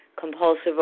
compulsive